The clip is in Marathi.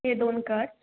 हे दोन कर